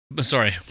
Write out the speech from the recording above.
Sorry